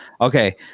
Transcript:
okay